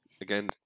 again